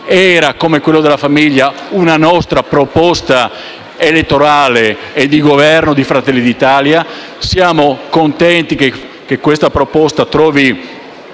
era, come quello della famiglia, una nostra proposta elettorale e di Governo. Pertanto siamo contenti che questa proposta trovi